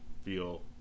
feel